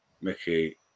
Mickey